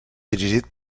dirigit